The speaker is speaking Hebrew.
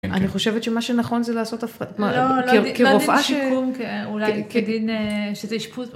אני חושבת שמה שנכון זה לעשות הפרדה... כרופאה שיקום, כדין שזה אישפוז